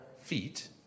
feet